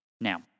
Now